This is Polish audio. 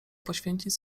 poświęcić